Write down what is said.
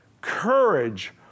Courage